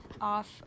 off